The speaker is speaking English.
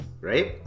right